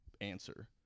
answer